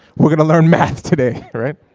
we're gonna learn math today, all right?